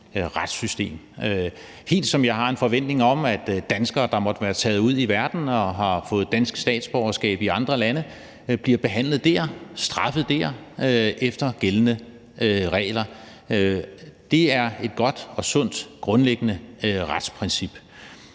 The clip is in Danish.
retssystem, helt ligesom jeg har en forventning om, at danskere, der måtte være taget ud i verden og have fået statsborgerskab i andre lande, bliver behandlet der, straffet der efter gældende regler, hvis de begår kriminalitet. Det er et godt og sundt grundlæggende retsprincip.